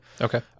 Okay